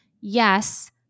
yes